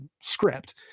script